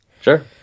Sure